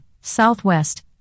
Southwest